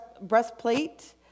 breastplate